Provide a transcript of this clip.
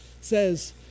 says